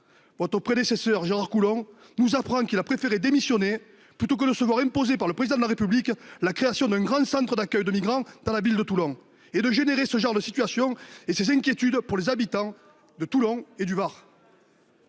Votre prédécesseur Gérard Collomb nous apprend qu'il a préféré démissionner plutôt que de se voir imposer par le Président de la République la création d'un grand centre d'accueil de migrants dans la ville de Toulon et de créer ce genre de situation et d'inquiétudes pour les habitants de Toulon et du Var.